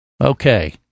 Okay